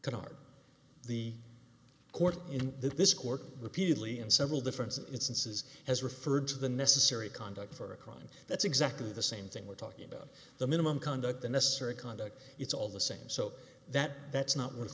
in this court repeatedly in several different instances has referred to the necessary conduct for a crime that's exactly the same thing we're talking about the minimum conduct the necessary conduct it's all the same so that that's not worth